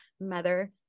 mother